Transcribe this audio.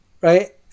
right